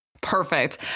Perfect